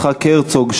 יצחק הרצוג,